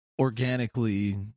organically